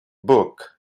book